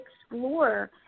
explore